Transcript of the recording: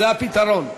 זה הפתרון.